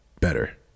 better